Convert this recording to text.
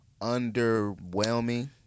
underwhelming